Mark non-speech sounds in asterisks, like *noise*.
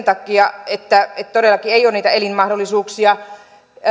*unintelligible* takia todellakaan ei ole niitä elinmahdollisuuksia